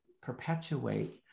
perpetuate